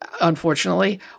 unfortunately